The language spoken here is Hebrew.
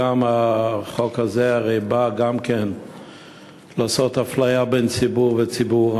והחוק הזה הרי גם בא לעשות אפליה בין ציבור לציבור.